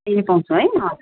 ए पाउँछ है